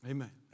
Amen